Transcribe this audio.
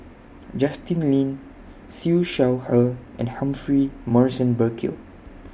Justin Lean Siew Shaw Her and Humphrey Morrison Burkill